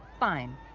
fine,